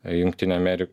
jungtinių ameri